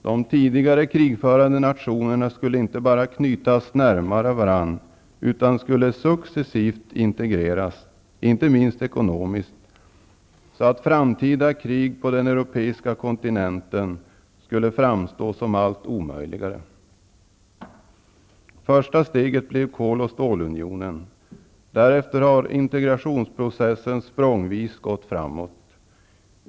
De tidigare krigförande nationerna skulle inte bara knytas närmare varandra, utan de skulle successivt integreras, inte minst ekonomiskt, så att framtida krig på den europeiska kontinenten skulle framstå som allt omöjligare. Första steget blev kol och stålunionen. Därefter har integrationsprocessen språngvis gått framåt.